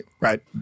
right